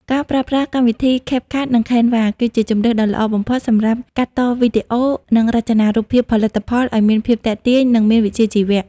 ការប្រើប្រាស់កម្មវិធី CapCut និង Canva គឺជាជម្រើសដ៏ល្អបំផុតសម្រាប់ កាត់តវីដេអូ និងរចនារូបភាពផលិតផលឱ្យមានភាពទាក់ទាញ និងមានវិជ្ជាជីវៈ។